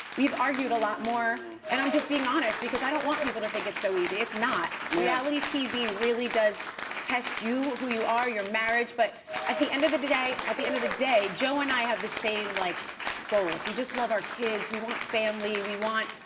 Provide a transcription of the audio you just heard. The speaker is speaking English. we've argued a lot more, and i'm just being honest because i don't want people to think it's so easy, it's not. reality tv really does test you, who you are, your marriage, but at the end of the day, at the end of the day, joe and i have the same like goals. we just love our kids, we want family, we want,